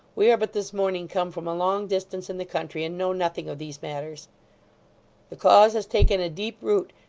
we are but this morning come from a long distance in the country, and know nothing of these matters the cause has taken a deep root,